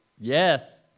Yes